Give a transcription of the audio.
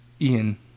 Ian